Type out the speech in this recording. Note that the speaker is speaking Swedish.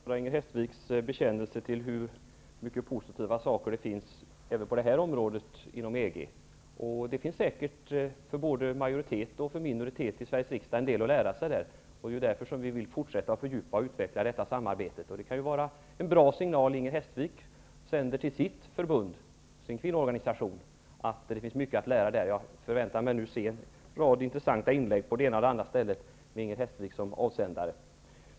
Herr talman! Det är glädjande att höra att Inger Hestvik bekänner att det även på det här området finns mycket positivt inom EG. Både majoritet och minoritet av Sveriges riksdag har säkert en del att lära där, och det är ju av den anledningen vi vill fortsätta att fördjupa och utveckla detta samarbete. Det kan ju vara bra att Inger Hestvik till sitt förbund, sin kvinnoorganisation sänder signaler om att det finns mycket att lära inom EG. Jag förväntar mig nu en del intressanta inlägg om detta på olika ställen och med Inger Hestvik som avsändare.